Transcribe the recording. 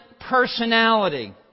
personality